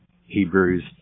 Hebrews